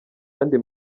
yandi